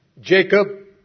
Jacob